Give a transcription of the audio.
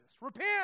Repent